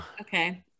okay